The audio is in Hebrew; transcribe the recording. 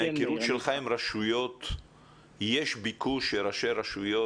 מההיכרות שלך עם רשויות יש ביקוש של ראשי רשויות,